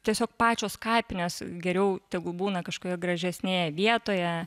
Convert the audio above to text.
tiesiog pačios kapinės geriau tegu būna kažkokioje gražesnėje vietoje